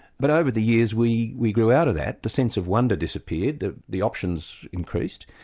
but over the years we we grew out of that the sense of wonder disappeared, the the options increased,